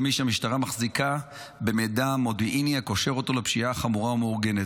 מי שהמשטרה מחזיקה במידע מודיעיני הקושר אותו לפשיעה חמורה ומאורגנת.